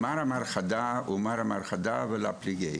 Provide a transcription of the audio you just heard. "מר אמר חדא ומר אמר חדא ולא פליגי".